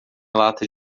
lata